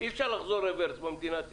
אי-אפשר לחזור רוורס במדינת ישראל,